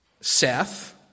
Seth